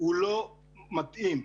הוא לא מספיק מתאים.